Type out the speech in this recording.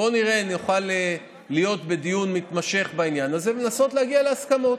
בואו נראה אם נוכל להיות בדיון מתמשך בעניין הזה ולנסות להגיע להסכמות.